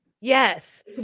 Yes